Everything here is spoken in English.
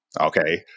Okay